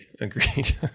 Agreed